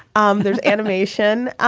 um there's animation.